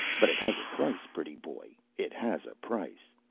but it has a price, pretty boy, it has a price.